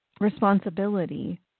responsibility